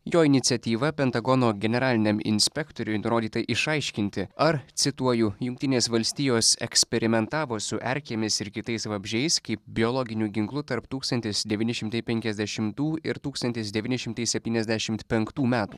jo iniciatyva pentagono generaliniam inspektoriui nurodyta išaiškinti ar cituoju jungtinės valstijos eksperimentavo su erkėmis ir kitais vabzdžiais kaip biologiniu ginklu tarp tūkstantis devyni šimtai penkiasdešimtų ir tūkstantis devyni šimtai septyniasdešimt penktų metų